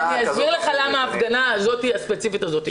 אני אומר לך למה ההפגנה הספציפית הזאת.